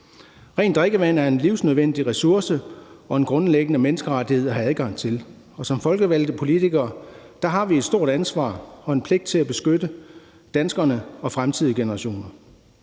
Rent drikkevand er en livsnødvendig ressource og en grundlæggende menneskerettighed at have adgang til, og som folkevalgte politikere har vi et stort ansvar for og en pligt til at beskytte danskerne og fremtidige generationer.